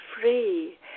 free